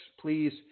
please